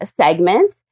segment